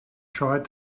tried